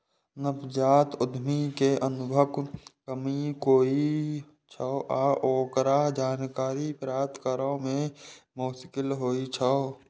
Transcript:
नवजात उद्यमी कें अनुभवक कमी होइ छै आ ओकरा जानकारी प्राप्त करै मे मोश्किल होइ छै